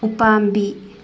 ꯎꯄꯥꯝꯕꯤ